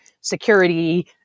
security